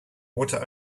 water